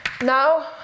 now